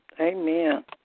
Amen